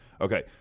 Okay